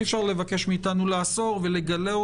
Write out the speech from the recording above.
אי-אפשר לבקש מאיתנו לאסור ולגלות,